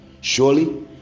surely